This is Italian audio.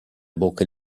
bocca